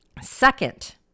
Second